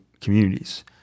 communities